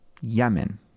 Yemen